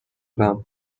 دادم